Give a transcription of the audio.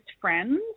friends